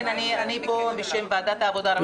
כן, אני פה בשם ועדת העבודה, הרווחה והבריאות.